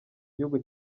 gihugu